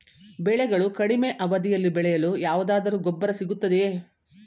ಬೆಳೆಗಳು ಕಡಿಮೆ ಅವಧಿಯಲ್ಲಿ ಬೆಳೆಯಲು ಯಾವುದಾದರು ಗೊಬ್ಬರ ಸಿಗುತ್ತದೆಯೇ?